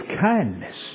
kindness